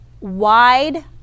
wide